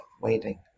waiting